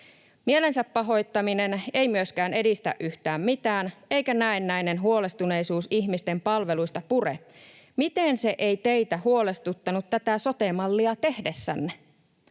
Mielensä pahoittaminen ei myöskään edistä yhtään mitään, eikä näennäinen huolestuneisuus ihmisten palveluista pure. Miten se ei teitä huolestuttanut tätä sote-mallia tehdessänne?